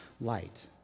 light